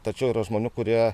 tačiau yra žmonių kurie